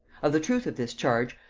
of the truth of this charge,